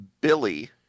Billy